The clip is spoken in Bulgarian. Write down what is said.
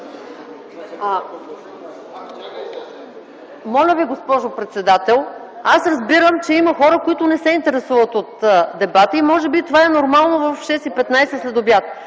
Моля Ви, госпожо председател, аз разбирам, че има хора, които не се интересуват от дебата и може би това е нормално в 18,15 ч.